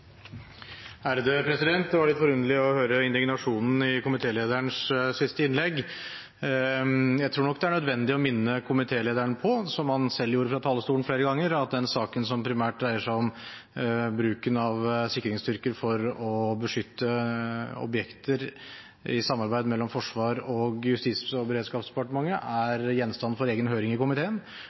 Det var litt forunderlig å høre indignasjonen i komitélederens siste innlegg. Jeg tror det er nødvendig å minne komitélederen på, som han selv gjorde fra talerstolen flere ganger, at den saken som primært dreier seg om bruken av sikringsstyrker for å beskytte objekter i samarbeid mellom Forsvars- og Justis- og beredskapsdepartementet, er gjenstand for egen høring i komiteen,